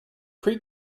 pre